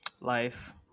Life